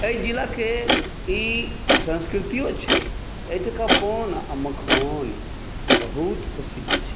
एहि जिलाके ई संस्कृतियो छै एहिठुमका पान आ मखान बहुत प्रसिद्ध छै